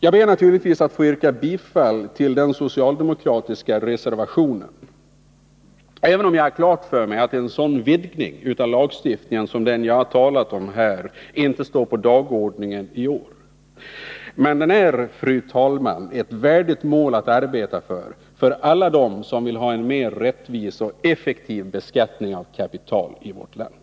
Jag ber naturligtvis att få yrka bifall till den socialdemokratiska reservationen. Jag har klart för mig att en sådan vidgning av lagstiftningen som jag talat om här inte står på dagordningen i år. Men den är, fru talman, ett värdigt mål att arbeta för, för alla dem som vill ha en mer rättvis och effektiv beskattning av kapital i vårt land.